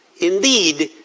indeed,